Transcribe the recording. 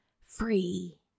free